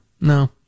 No